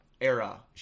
era